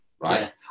Right